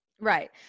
Right